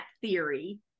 theory